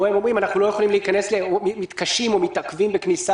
בה הם אומרים: אנחנו לא יכולים או מתקשים או מתעכבים בכניסה